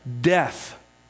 death